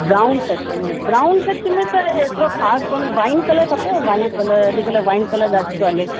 brown touch में brown touch में त एतिरो ख़ासि कोन वाइन कलर खपेव वाइन कलर अॼुकल्ह वाइन कलर ॾाढो थो हले